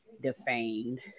defamed